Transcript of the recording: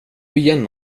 igen